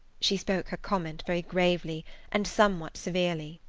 she spoke her comment very gravely and somewhat severely.